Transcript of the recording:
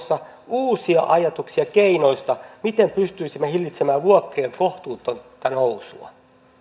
hallituksella tulossa uusia ajatuksia keinoista miten pystyisimme hillitsemään vuokrien kohtuutonta nousua